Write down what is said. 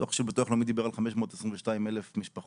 הדוח של ביטוח לאומי דיבר על 522,000 משפחות,